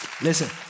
Listen